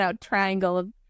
triangle